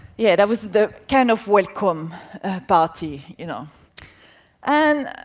yeah, that was the kind of welcome party. you know and,